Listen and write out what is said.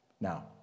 Now